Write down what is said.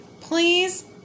please